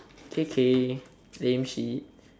k k lame shit